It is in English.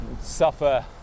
suffer